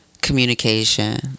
communication